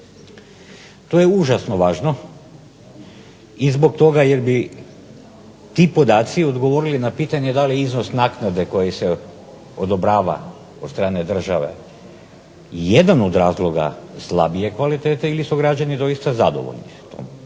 To je užasno važno i zbog toga jer bi ti podaci odgovorili na pitanje da li je iznos naknade koji se odobrava od strane države jedan od razloga slabije kvalitete ili su građani doista zadovoljni s tom